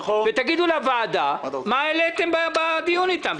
תגידו לוועדה מה העליתם בדיון איתם,